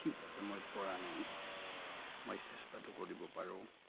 ঠিক আছে মই পৰা নাই মই চেষ্টাটো কৰিব পাৰোঁ